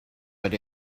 but